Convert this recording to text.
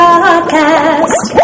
Podcast